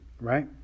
right